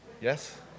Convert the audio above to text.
Yes